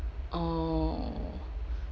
oh